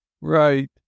Right